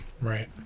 right